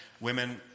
women